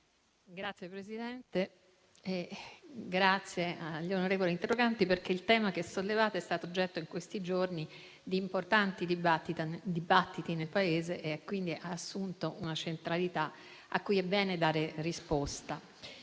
Signor Presidente, ringrazio gli onorevoli interroganti perché il tema sollevato è stato oggetto in questi giorni di importanti dibattiti nel Paese, quindi ha assunto una centralità a cui è bene dare risposta.